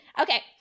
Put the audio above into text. Okay